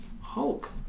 Hulk